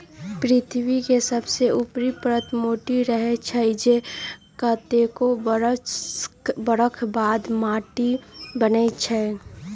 पृथ्वी के सबसे ऊपरी परत माटी रहै छइ जे कतेको बरख बाद माटि बनै छइ